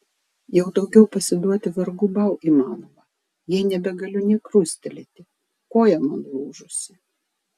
jau daugiau pasiduoti vargu bau įmanoma jei nebegaliu nė krustelėti koja man lūžusi